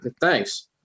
Thanks